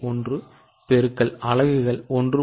1 X அலகுகள் 1